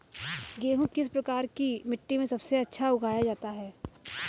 गेहूँ किस प्रकार की मिट्टी में सबसे अच्छा उगाया जाता है?